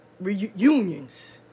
reunions